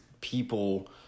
people